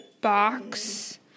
box